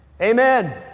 Amen